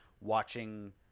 watching